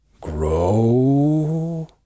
grow